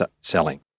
selling